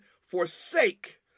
forsake